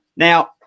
Now